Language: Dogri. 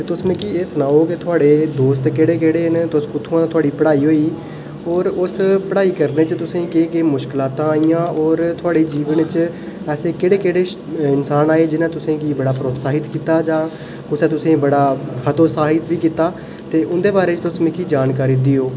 तुस मिगी एह् सनाओ की थुआढ़े दोस्त केह्ड़े केह्ड़े न ते कुत्थुआं थुहाड़ी पढ़ाई होई और उस पढ़ाई करदे करदे तुसें ई केह् केह् मुश्कलातां आइयां होर थोह्ड़े जीवन च ऐसे केह्ड़े केह्ड़े इंसान आए जि'नें तुसें गी बड़ा प्रतोसाहित कीता जां कुसै तुसें ई बड़ा उतसाहित बी कीता ते उं'दे बारे च तुस मिगी जानकारी देओ